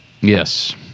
Yes